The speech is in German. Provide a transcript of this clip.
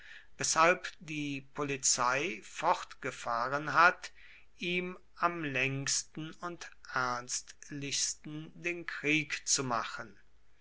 weshalb die polizei fortgefahren hat ihm am längsten und ernstlichsten den krieg zu machen